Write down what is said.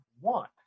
want